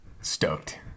Stoked